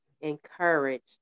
encouraged